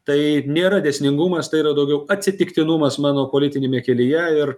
tai nėra dėsningumas tai yra daugiau atsitiktinumas mano politiniame kelyje ir